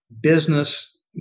business